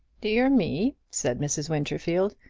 dear me! said mrs. winterfield.